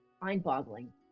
mind-boggling